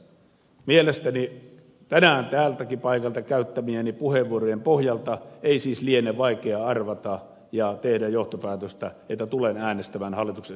mielestäni tänään täältäkin paikalta käyttämieni puheenvuorojeni pohjalta ei siis liene vaikea arvata ja tehdä johtopäätöstä että tulen äänestämään hallituksen